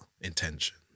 intention